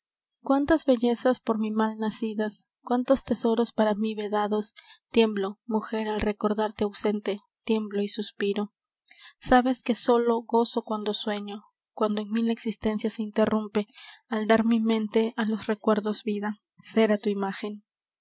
cuántas bellezas por mi mal nacidas cuántos tesoros para mí vedados tiemblo mujer al recordarte ausente tiemblo y suspiro sabes que sólo gozo cuando sueño cuando en mí la existencia se interrumpe al dar mi mente á los recuerdos vida sér á tu imágen